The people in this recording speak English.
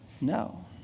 No